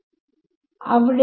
അങ്ങനെ നമ്മൾ ഏകദേശം അവിടെ എത്തി